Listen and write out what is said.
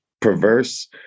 perverse